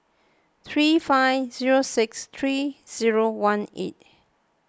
three five zero six three zero one eight